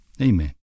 Amen